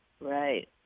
Right